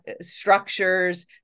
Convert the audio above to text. structures